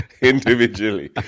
individually